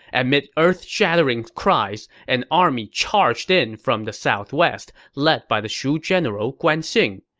amid earth-shattering cries, an army charged in from the southwest, led by the shu general guan xing.